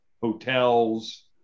hotels